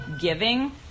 giving